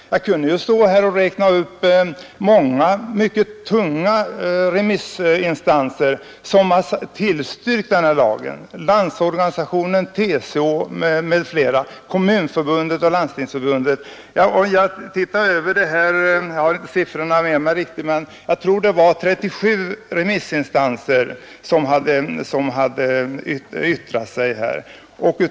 Jag kan räkna upp många mycket tunga remissinstanser som tillstyrkt lagen: LO, TCO, SACO, Kommunförbundet och Landstingsförbundet. Såvitt jag minns var det 37 remissinstanser som hade yttrat sig.